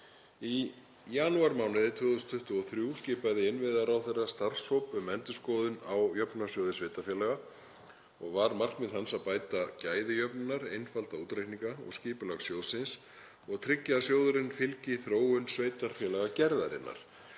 Í janúarmánuði 2023 skipaði innviðaráðherra starfshóp um endurskoðun á Jöfnunarsjóði sveitarfélaga og var markmið hans að bæta gæði jöfnunar, einfalda útreikninga og skipulag sjóðsins og tryggja að sjóðurinn fylgi þróun sveitarfélagagerðarinnar.